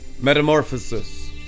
metamorphosis